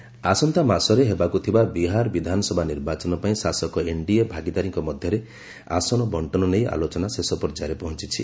Bihar poll ଆସନ୍ତା ମାସରେ ହେବାକୁ ଥିବା ବିହାର ବିଧାନସଭା ନିର୍ବାଚନ ପାଇଁ ଶାସକ ଏନଡିଏ ଭାଗିଦାରୀଙ୍କ ମଧ୍ୟରେ ଆସନ ବଣ୍ଟନ ନେଇ ଆଲୋଚନା ଶେଷ ପର୍ଯ୍ୟାୟରେ ପହଞ୍ଚୁଛି